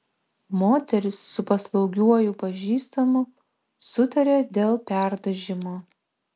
moteris su paslaugiuoju pažįstamu sutarė dėl perdažymo